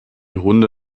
hunde